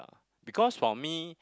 because for me